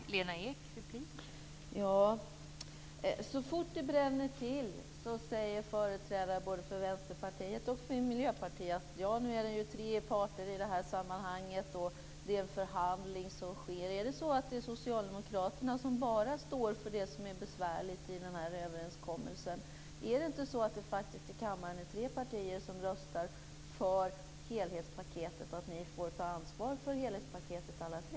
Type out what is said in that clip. Fru talman! Så fort det bränner till säger företrädare för både Vänsterpartiet och Miljöpartiet att det nu är tre parter i det här sammanhanget. Det är en förhandling som sker. Är det bara socialdemokraterna som står för det som är besvärligt i den här överenskommelsen? Är det inte så att det i kammaren faktiskt är tre partier som röstar för helhetspaketet och att ni får ta ansvar för helhetspaketet alla tre?